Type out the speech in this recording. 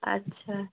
अच्छा